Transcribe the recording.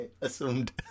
assumed